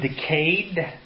decayed